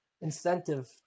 incentive